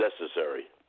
necessary